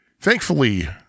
Thankfully